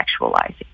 sexualizing